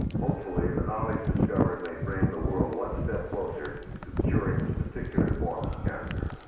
hopefully, the knowledge discovered may bring the world one step closer to curing this particular form of cancer.